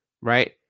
right